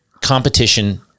competition